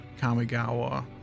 Kamigawa